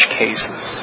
cases